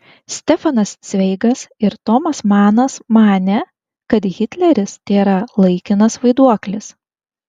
stefanas cveigas ir tomas manas manė kad hitleris tėra laikinas vaiduoklis